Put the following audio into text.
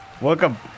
Welcome